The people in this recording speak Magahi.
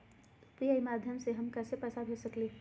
यू.पी.आई के माध्यम से हम पैसा भेज सकलियै ह?